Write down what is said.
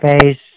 face